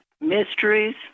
mysteries